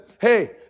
hey